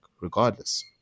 regardless